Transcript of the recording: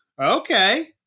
okay